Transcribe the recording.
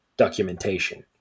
documentation